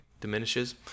diminishes